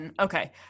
Okay